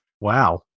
Wow